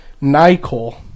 Nicole